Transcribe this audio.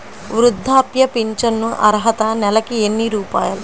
వృద్ధాప్య ఫింఛను అర్హత నెలకి ఎన్ని రూపాయలు?